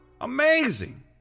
Amazing